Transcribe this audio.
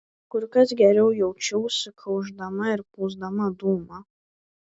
kur kas geriau jaučiausi kaušdama ir pūsdama dūmą